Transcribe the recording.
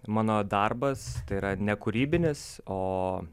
mano darbas yra ne kūrybinis o